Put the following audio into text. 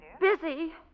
Busy